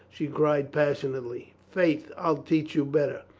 she cried pas sionately. faith, i'll teach you better.